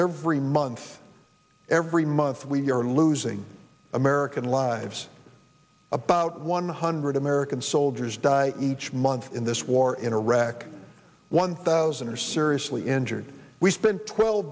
every month every month we are losing american lives about one hundred american soldiers die each month in this war in iraq one thousand are seriously injured we spend twelve